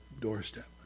doorstep